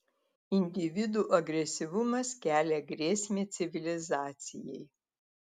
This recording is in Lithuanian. individų agresyvumas kelia grėsmę civilizacijai